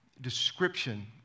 description